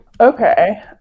Okay